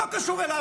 לא קשור אליו.